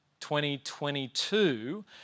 2022